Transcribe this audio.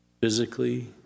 physically